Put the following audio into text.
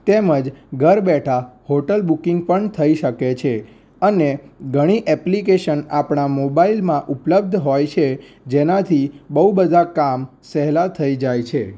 તેમજ ઘર બેઠા હોટલ બુકિંગ પણ થઈ શકે છે અને ઘણી એપ્લિકેશન આપણા મોબાઈલમાં ઉપલબ્ધ હોય છે જેનાથી બહુ બધા કામ સહેલા થઈ જાય છે